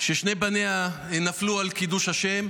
ששני בניה נפלו על קידוש השם.